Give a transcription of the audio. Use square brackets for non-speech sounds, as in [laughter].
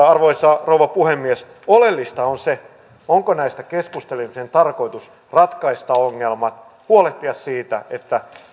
[unintelligible] arvoisa rouva puhemies oleellista on se onko näistä keskustelemisen tarkoitus ratkaista ongelmat huolehtia siitä että